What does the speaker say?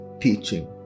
teaching